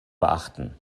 beachten